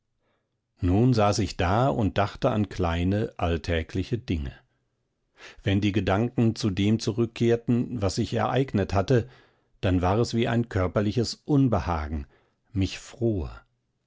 nun saß ich da und dachte an kleine alltägliche dinge wenn die gedanken zu dem zurückkehrten was sich ereignet hatte dann war es wie ein körperliches unbehagen mich fror